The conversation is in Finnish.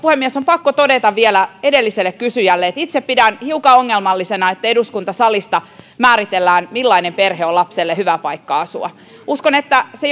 puhemies on pakko todeta vielä edelliselle kysyjälle että itse pidän hiukan ongelmallisena että eduskuntasalista määritellään millainen perhe on lapselle hyvä paikka asua uskon että se